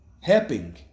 Helping